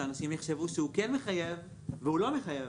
שאנשים יחשבו שהוא כן מחייב והוא לא מחייב.